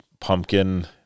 pumpkin